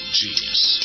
genius